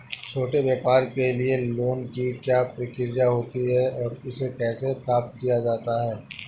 छोटे व्यापार के लिए लोंन की क्या प्रक्रिया होती है और इसे कैसे प्राप्त किया जाता है?